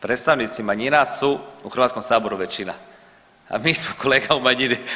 Predstavnici manjina su u Hrvatskom saboru većina, a mi smo kolega u manjini.